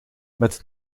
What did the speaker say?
met